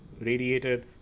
radiated